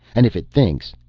and if it thinks,